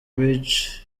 bridge